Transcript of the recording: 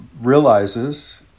realizes